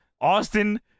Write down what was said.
Austin